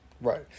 Right